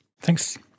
Thanks